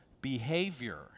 behavior